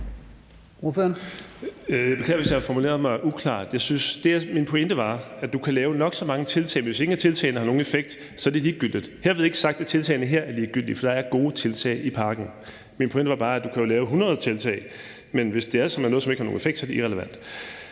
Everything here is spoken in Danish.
Jeg beklager, hvis jeg har formuleret mig uklart. Min pointe var, at du kan lave nok så mange tiltag, og hvis ingen af tiltagene har nogen effekt, er det ligegyldigt. Herved ikke sagt, at tiltagene her er ligegyldige, for der er gode tiltag i pakken. Min pointe var bare, at du jo kan lave 100 tiltag, men hvis de alle sammen er noget, som ikke har nogen effekt, er det irrelevant.